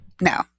No